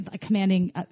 commanding